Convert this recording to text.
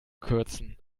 kürzen